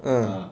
ah